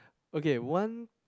okay one